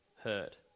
hurt